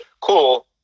Cool